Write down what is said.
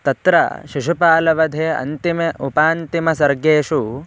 तत्र शिशुपालवधे अन्तिमे उपान्तिमसर्गेषु